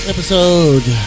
Episode